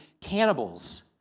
cannibals